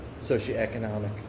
socioeconomic